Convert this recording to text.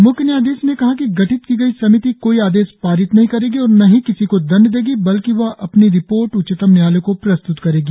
म्ख्य न्यायाधीश ने कहा कि गठित की गई समिति कोई आदेश पारित नहीं करेगी और न ही किसी को दंड देगी बल्कि वह अपनी रिपोर्ट उच्चतम न्यायालय को प्रस्त्त करेगी